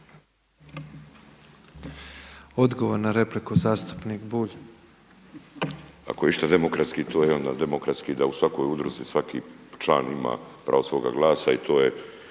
Odgovor na repliku zastupnik Bulj. **Bulj, Miro (MOST)** Ako je išta demokratski to je onda demokratski da u svakoj udruzi svaki član ima pravo svoga glasa i to je